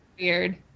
Weird